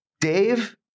Dave